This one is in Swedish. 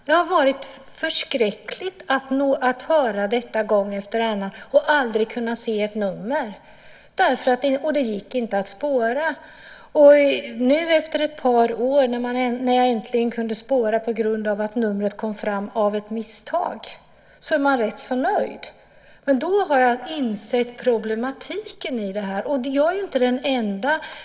Det har varit förskräckligt att höra detta gång efter annan och aldrig kunna se ett nummer. Samtalen gick inte att spåra. Nu efter ett par år när jag äntligen har kunnat spåra samtalen på grund av att numret kom fram av misstag är jag rätt så nöjd. Men jag har insett problematiken i detta, och jag är inte den enda.